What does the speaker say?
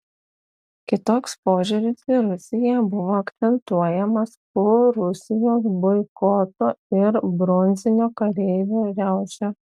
kitoks požiūris į rusiją buvo akcentuojamas po rusijos boikoto ir bronzinio kareivio riaušių